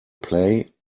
play